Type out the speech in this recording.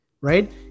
right